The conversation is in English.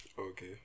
Okay